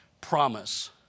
promise